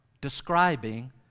describing